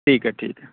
ठीक आहे ठीक आहे